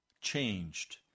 changed